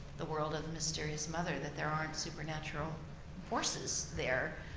the world of the mysterious mother that there aren't supernatural forces there.